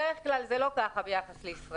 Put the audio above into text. בדרך כלל זה לא כך ביחס לישראל.